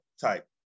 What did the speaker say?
type